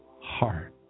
heart